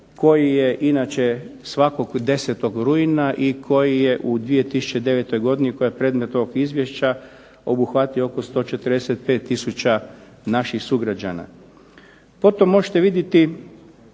koji je inače svakog 10. rujna i koji je u 2009. godini koji je predmet ovog izvješća obuhvatio oko 45 tisuća naših sugrađana. Potom možete vidjeti